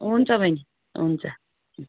हुन्छ बहिनी हुन्छ